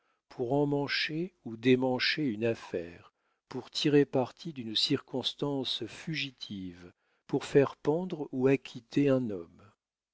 pour emmancher ou démancher une affaire pour tirer parti d'une circonstance fugitive pour faire pendre ou acquitter un homme